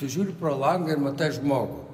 žiūri pro langą ir matai žmogų